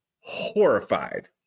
horrified